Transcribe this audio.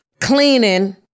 cleaning